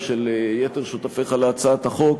ושל יתר שותפיך להצעת החוק,